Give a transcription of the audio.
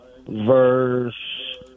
verse